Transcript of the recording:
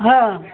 हां